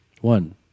One